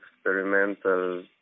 experimental